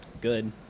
good